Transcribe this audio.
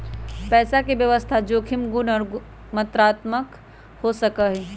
पैसा के व्यवस्था जोखिम गुण और मात्रात्मक हो सका हई